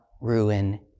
ruin